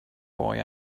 boy